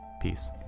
peace